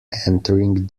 entering